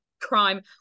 crime